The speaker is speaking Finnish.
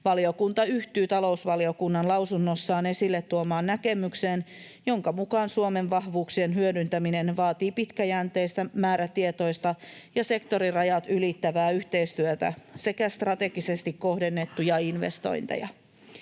Valiokunta yhtyy talousvaliokunnan lausunnossaan esille tuomaan näkemykseen, jonka mukaan Suomen vahvuuksien hyödyntäminen vaatii pitkäjänteistä, määrätietoista ja sektorirajat ylittävää yhteistyötä sekä strategisesti kohdennettuja investointeja.